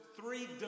three